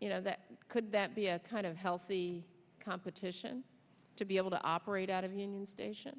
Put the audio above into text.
you know that could that be a kind of healthy competition to be able to operate out of union station